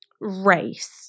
race